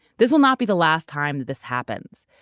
this will not be the last time that this happens.